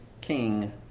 king